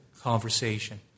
conversation